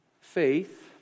faith